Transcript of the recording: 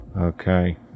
Okay